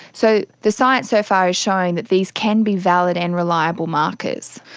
so the science so far is showing that these can be valid and reliable markers.